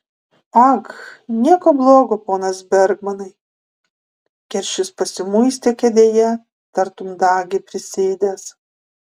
ag nieko blogo ponas bergmanai keršis pasimuistė kėdėje tartum dagį prisėdęs